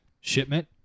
Shipment